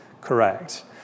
correct